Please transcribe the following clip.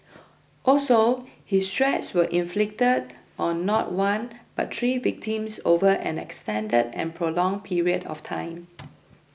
also his threats were inflicted on not one but three victims over an extended and prolonged period of time